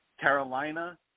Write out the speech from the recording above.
Carolina